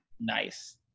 Nice